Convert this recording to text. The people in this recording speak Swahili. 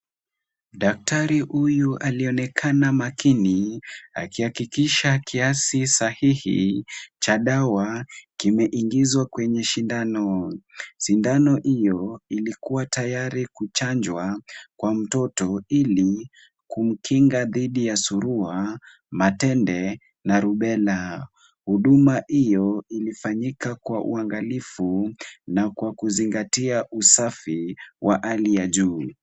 Daktari huyu alionekana makini akihakikisha kiasi sahihi cha dawa kimeingizwa kwenye sindano. Sindano hiyo ilikuwa tayari kuchanjwa kwa mtoto ili kumkinga dhidi ya suruwa, matende na rubella . Huduma hiyo ilifanyika kwa uangalifu na kwa kuzingatia usafi wa hali ya juu.